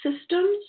systems